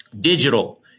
digital